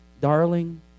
darling